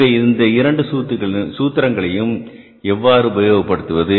எனவே இதன் இரண்டு சூத்திரங்களையும் எவ்வாறு உபயோகப்படுத்துவது